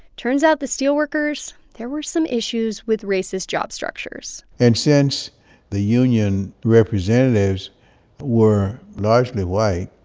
turns out, the steelworkers, there were some issues with racist job structures and since the union representatives were largely white,